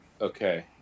Okay